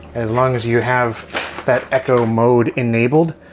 as long as you have that echo mode enabled,